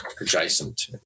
adjacent